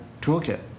toolkit